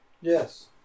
Yes